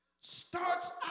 starts